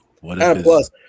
Plus